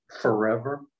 Forever